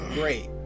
Great